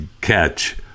catch